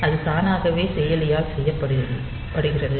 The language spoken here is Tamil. அது தானாகவே செயலியால் செய்யப்படுகிறது